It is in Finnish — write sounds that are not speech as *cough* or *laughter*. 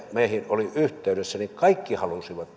meihin olivat yhteydessä halusivat *unintelligible*